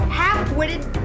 half-witted